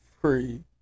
free